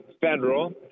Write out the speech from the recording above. federal